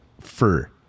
fur